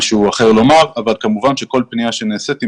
אין לי משהו אחר לומר אבל כמובן שכל פנייה שנעשית,